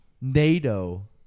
NATO